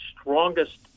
strongest